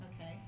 Okay